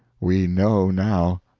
we know now.